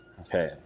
Okay